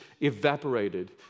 evaporated